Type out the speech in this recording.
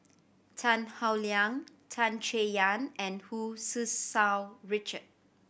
Tan Howe Liang Tan Chay Yan and Hu Richard